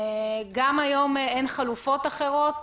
גם היום אין חלופות אחרות,